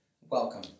welcome